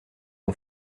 mon